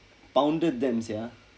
pounded them sia